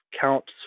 counts